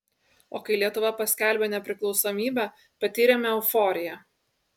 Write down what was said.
o kai lietuva paskelbė nepriklausomybę patyrėme euforiją